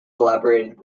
collaborated